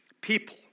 people